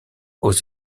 aux